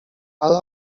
ale